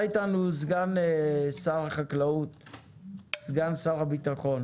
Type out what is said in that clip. לא משנים את הסטטוס קוו באופן הבקרה על הייבוא של המוצרים האלה.